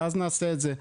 ואז נעשה את זה.